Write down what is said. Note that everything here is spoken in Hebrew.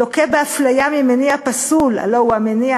לוקה באפליה ממניע פסול, הלוא הוא המניע